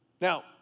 Now